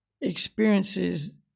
experiences